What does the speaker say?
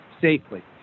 safely